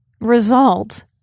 result